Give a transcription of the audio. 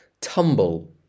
Tumble